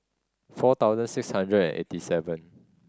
four thousand six hundred and eighty seven